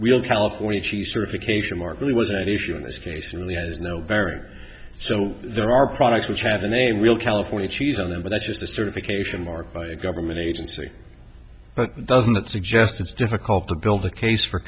real california cheese certification mark really wasn't an issue in this case really has no bearing so there are products which had a name real california cheese on them but that's just a certification mark by a government agency but doesn't that suggest it's difficult to build a case for